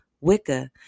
Wicca